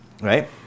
right